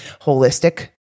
holistic